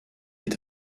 est